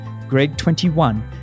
GREG21